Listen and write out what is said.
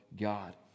God